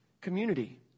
community